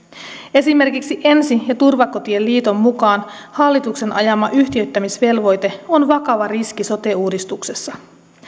esimerkiksi ensi ja turvakotien liiton mukaan hallituksen ajama yhtiöittämisvelvoite on vakava riski sote uudistuksessa